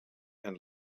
and